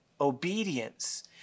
obedience